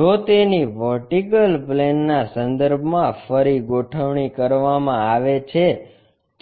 જો તેની વર્ટિકલ પ્લેનના સંદર્ભમાં ફરી ગોઠવણી કરવામાં આવે છે